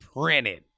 printed